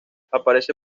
aparece